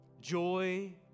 joy